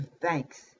thanks